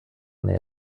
nähe